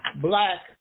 black